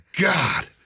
God